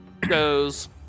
goes